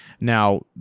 Now